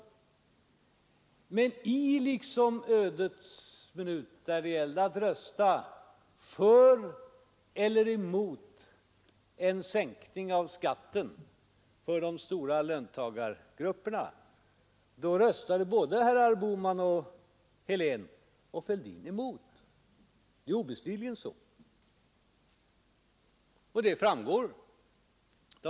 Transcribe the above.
Men i ödets minut, när det gällde att rösta för eller emot en sänkning av skatten för de stora löntagargrupperna, röstade herrar Bohman, Helén och Fälldin emot. Det var obestridligen så.